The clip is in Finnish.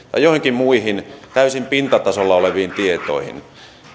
joihinkin muihin täysin pintatasolla oleviin tietoihin